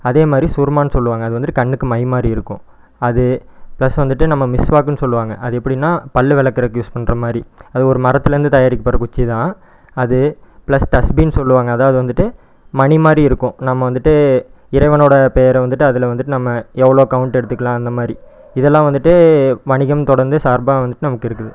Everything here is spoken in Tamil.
அதே மாதிரி சுரும்மான்னு சொல்லுவாங்க அது வந்துட்டு கண்ணுக்கு மை மாதிரி இருக்கும் அது ப்ளஸ் வந்துட்டு நம்ம மிஸ்வாக்னு சொல்லுவாங்க அது எப்படின்னா பல் விளக்குறதுக்கு யூஸ் பண்ணுற மாதிரி அது ஒரு மரத்துலேருந்து தயாரிக்கபடுற குச்சிதான் அது ப்ளஸ் தஸ்பீன் சொல்லுவாங்க அதாவது வந்துட்டு மணி மாதிரி இருக்கும் நம்ம வந்துட்டு இறைவனோட பேரை வந்துட்டு அதில் வந்துட்டு நம்ம எவ்வளோ கௌண்ட் எடுத்துக்கலாம் அந்த மாதிரி இதெல்லாம் வந்துட்டு வணிகம் தொடர்ந்து சார்பாக வந்துட்டு நமக்கு இருக்குது